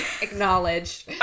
Acknowledge